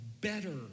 better